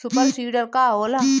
Super seeder का होला?